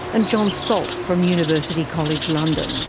and john salt from university college london.